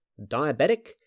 diabetic